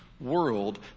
world